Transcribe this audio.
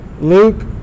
Luke